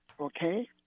Okay